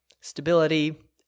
stability